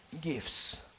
gifts